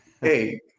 Hey